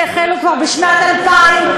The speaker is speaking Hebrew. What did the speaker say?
שהחלו כבר בשנת 2000,